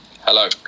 hello